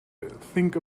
think